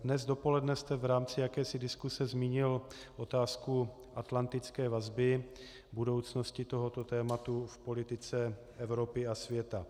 Dnes dopoledne jste v rámci jakési diskuse zmínil otázku atlantické vazby, budoucnosti tohoto tématu v politice Evropy a světa.